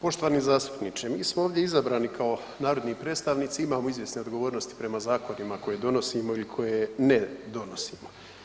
Poštovani zastupniče, mi smo ovdje izabrani kao narodni predstavnici, imamo izvjesne odgovornosti prema zakonima koje donosimo i koje ne donosimo.